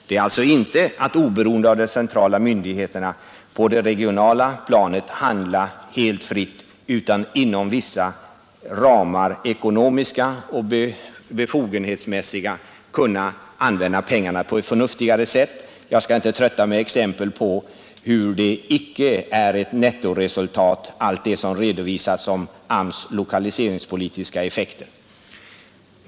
Det är alltså inte meningen att man skall få handla helt fritt på det regionala planet, oberoende av de centrala myndigheterna, utan man skall inom vissa ekonomiska och befogenhetsmässiga ramar kunna använda pengarna på ett förnuftigare sätt. Jag skall inte trötta med exempel på att det icke är ett nettoresultat allt det som redovisas som AMS:s lokaliseringspolitiska effekter.